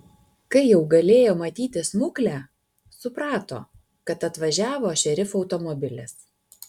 kai jau galėjo matyti smuklę suprato kad atvažiavo šerifo automobilis